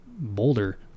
boulder